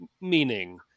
meaning